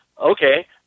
Okay